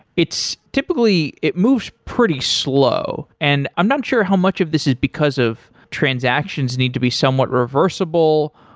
it's typically it moves pretty slow and i'm not sure how much of this is because of transactions need to be somewhat reversible,